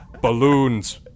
balloons